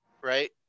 right